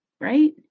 Right